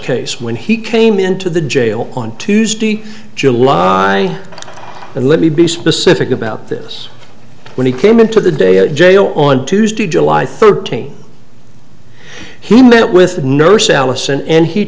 case when he came into the jail on tuesday july and let me be specific about this when he came into the day jail on tuesday july thirteenth he met with the nurse allison and he